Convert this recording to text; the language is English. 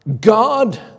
God